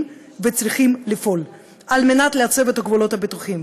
וצריכים לפעול לעצב את הגבולות הבטוחים,